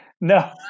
No